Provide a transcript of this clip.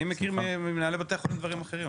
אני מכיר ממנהלי בתי החולים דברים אחרים,